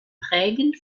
prägend